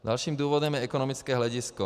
Dalším důvodem je ekonomické hledisko.